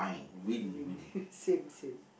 win same same